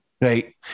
Right